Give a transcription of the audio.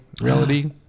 reality